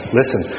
listen